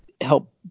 help